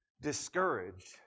discouraged